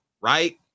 right